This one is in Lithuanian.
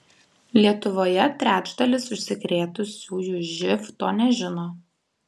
lietuvoje trečdalis užsikrėtusiųjų živ to nežino